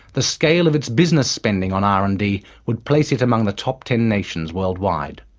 the scale of its business spending on r and d would place it among the top ten nations worldwide.